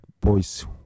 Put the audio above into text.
boys